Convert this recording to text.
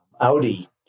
Audi